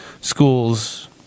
schools